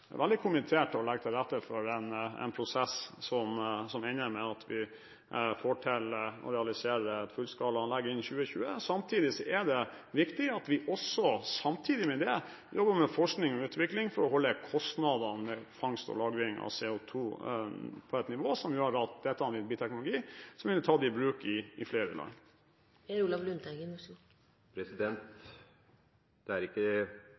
veldig kommittert til å legge til rette for en prosess som ender med at vi får realisert et fullskalaanlegg innen 2020. Samtidig er det viktig med forskning og utvikling for å holde kostnadene ved fangst og lagring av CO2 på et nivå som gjør dette til teknologi som vil bli tatt i bruk i flere land. Det var ikke retoriske triks som var mitt poeng. Når statsråden sier at det er